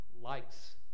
likes